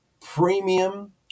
premium